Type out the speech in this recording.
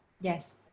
Yes